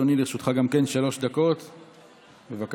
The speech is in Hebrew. אדוני, גם לרשותך שלוש דקות, בבקשה.